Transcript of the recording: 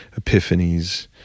epiphanies